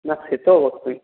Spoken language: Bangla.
না সে তো অবশ্যই